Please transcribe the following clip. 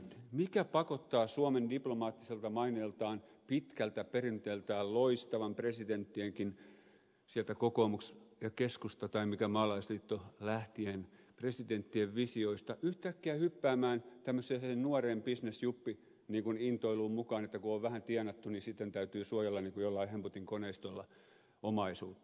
mikä pakottaa suomen diplomaattiselta maineeltaan pitkältä perinteeltään loistavan presidenttienkin sieltä kokoomuksesta tai keskustasta tai mistä maalaisliitosta visioista lähtien yhtäkkiä hyppäämään tämmöiseen nuoreen bisnesjuppi niin kuin intoiluun mukaan että kun on vähän tienattu niin sitten täytyy suojella niin kuin jollakin hemputin koneistolla omaisuutta